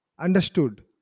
understood